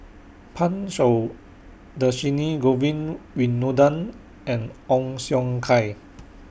Pan Shou Dhershini Govin Winodan and Ong Siong Kai